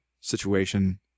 situation